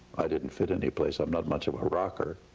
i didn't fit anyplace. i'm not much of a rocker,